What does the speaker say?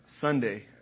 Sunday